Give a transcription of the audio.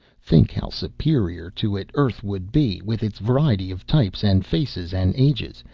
think how superior to it earth would be, with its variety of types and faces and ages,